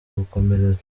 gukomereza